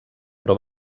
però